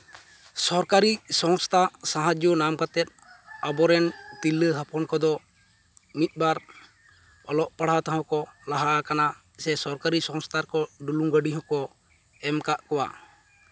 ᱥᱚᱨᱠᱟᱹᱨᱤ ᱥᱚᱝᱥᱛᱷᱟ ᱥᱟᱦᱟᱡᱽᱡᱚ ᱧᱟᱢ ᱠᱟᱛᱮᱫ ᱟᱵᱚᱨᱮᱱ ᱛᱤᱨᱞᱟᱹ ᱦᱚᱯᱚᱱ ᱠᱚᱫᱚ ᱢᱤᱫᱼᱵᱟᱨ ᱚᱞᱚᱜ ᱯᱟᱲᱦᱟᱣ ᱛᱮᱦᱚᱸ ᱠᱚ ᱞᱟᱦᱟᱣ ᱠᱟᱱᱟ ᱥᱮ ᱥᱚᱨᱠᱟᱹᱨᱤ ᱥᱚᱝᱥᱛᱷᱟ ᱨᱮᱠᱚ ᱰᱩᱞᱩᱝ ᱜᱟᱹᱰᱤ ᱦᱚᱸᱠᱚ ᱮᱢ ᱠᱟᱜ ᱠᱚᱣᱟ